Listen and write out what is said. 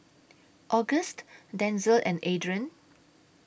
August Denzil and Adrain